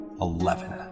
Eleven